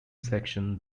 section